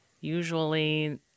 Usually